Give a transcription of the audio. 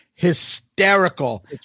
Hysterical